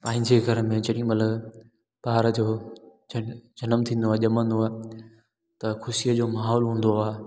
पंहिंजे घर में जेॾी महिल ॿार जो जन जनमु थींदो आहे ॼमंदो आहे त ख़ुशीअ जो माहौलु हूंदो आहे